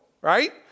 right